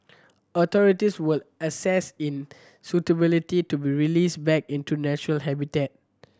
authorities will assess in suitability to be released back into natural habitat